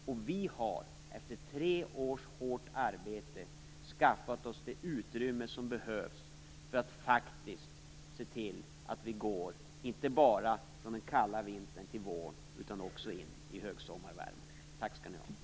Och vi har efter tre års hårt arbete skaffat oss det utrymme som behövs för att faktiskt se till att vi går inte bara från den kalla vintern till vår utan också in i högsommarvärmen. Tack skall ni ha.